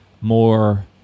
more